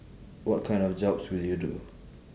what kind of jobs would you do